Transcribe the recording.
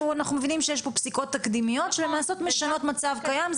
אנחנו מבינים שיש פה פסיקות תקדימיות שמשנות מצב קיים.